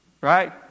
right